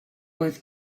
was